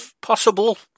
Possible